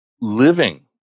living